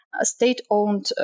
state-owned